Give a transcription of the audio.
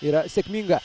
yra sėkminga